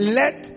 let